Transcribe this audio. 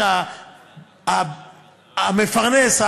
שהמפרנס,